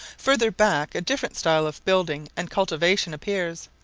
further back a different style of building and cultivation appears.